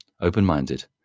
open-minded